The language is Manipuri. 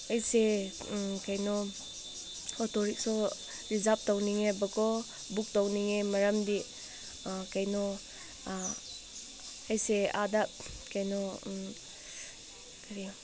ꯑꯩꯁꯦ ꯀꯩꯅꯣ ꯑꯣꯇꯣ ꯔꯤꯛꯁꯣ ꯔꯤꯖꯥꯞ ꯇꯧꯅꯤꯡꯉꯦꯕꯀꯣ ꯕꯨꯛ ꯇꯧꯅꯤꯡꯉꯦ ꯃꯔꯝꯗꯤ ꯀꯩꯅꯣ ꯑꯩꯁꯦ ꯑꯥꯗ ꯀꯩꯅꯣ ꯀꯔꯤ